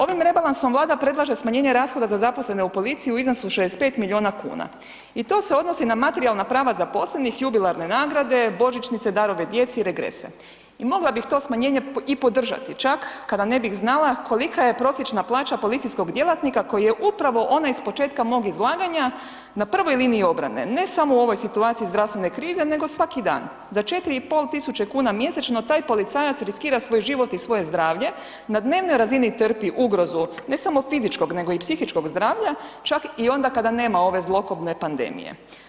Ovim rebalansom Vlada predlaže smanjenje rashoda za zaposlene u policiji u iznosu od 65 milijuna kuna i to se odnosi na materijalna prava zaposlenih, jubilarne nagrade, božićnice, darove djeci i regrese i mogla bih to smanjenje i podržati čak kada ne bih znala koliko je prosječna plaća policijskog djelatnika koji je upravo onaj s početka mog izlaganja na prvoj liniji obrane, ne samo u ovoj situaciji zdravstvene krize nego svaki dan, za 4500 kuna mjesečno taj policajac riskira svoj život i svoje zdravlje, na dnevnoj razini trpi ugrozu ne samo fizičkog nego i psihičkog zdravlja čak i onda kada nema ove zlokobne pandemije.